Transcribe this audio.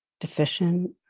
deficient